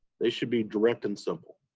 they should be direct and simple.